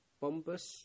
Bombus